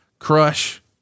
crush